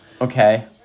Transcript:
Okay